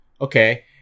okay